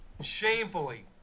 Shamefully